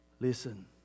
Listen